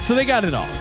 so they got it off.